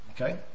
Okay